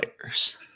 players